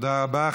תודה רבה.